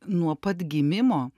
nuo pat gimimo